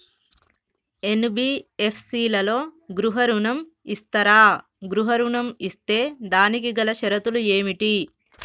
NBFC లలో గృహ ఋణం ఇస్తరా? గృహ ఋణం ఇస్తే దానికి గల షరతులు ఏమిటి?